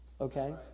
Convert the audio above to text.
Okay